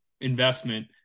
investment